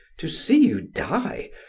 to see you die?